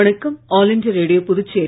வணக்கம் All India Radio Puducherry